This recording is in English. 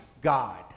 God